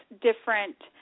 different